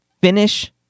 finish